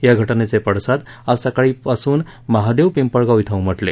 या घटनेचे पडसाद आज सकाळी पासून महादेव पिंपळगाव अँ उमटले